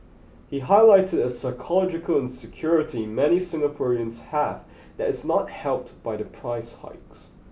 he highlighted a psychological insecurity many Singaporeans have that is not helped by the price hikes